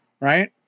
right